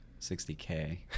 60K